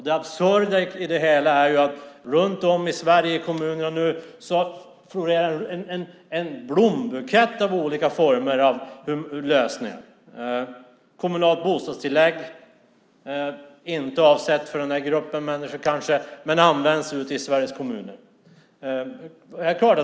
Det absurda i det hela är att det i kommunerna runt om i Sverige florerar en blombukett av olika former av lösningar. Kommunalt bostadstillägg är kanske inte avsett för den här gruppen människor men används ute i Sveriges kommuner.